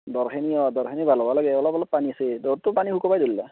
দ' খিনি অঁ দ' খিনি ভাল হ'ব লাগে অলপ অলপ পানী আছে দ' টো পানী শুকাবই ধৰিলে